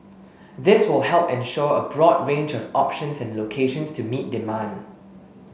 this will help ensure a broad range of options and locations to meet demand